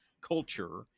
culture